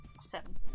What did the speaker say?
Seven